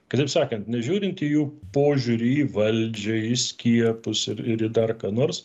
kitaip sakant nežiūrint į jų požiūrį į valdžią į skiepus ir ir į dar ką nors